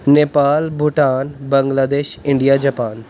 Nepal Bhutan Bangladesh India Japan